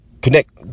Connect